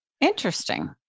Interesting